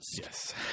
Yes